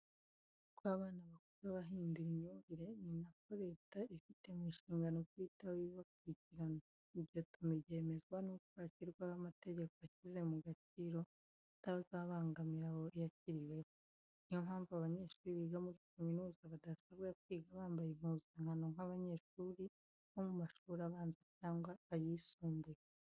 Uko abana bakura bahindura imyumvire, ni ko na Leta ifite mu nshingano kubitaho iba ibikurikirana. Ibyo tubyemezwa n'uko hashyirwaho amategeko ashyize mu gaciro, atazabangamira abo yashyiriweho; ni yo mpamvu abanyeshuri biga muri kaminuza badasabwa kwiga bambaye impuzankano nk'abanyeshuri bo mu mashuri abanza cyangwa ayisumbuye.